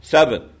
Seven